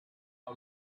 out